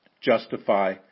justify